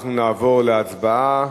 אנחנו נעבור להצבעה.